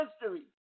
history